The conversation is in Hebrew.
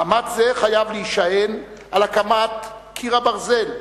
מאמץ זה חייב להישען על הקמת "קיר הברזל"